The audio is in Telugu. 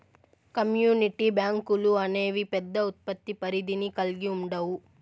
కమ్యూనిటీ బ్యాంకులు అనేవి పెద్ద ఉత్పత్తి పరిధిని కల్గి ఉండవు